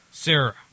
Sarah